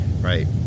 right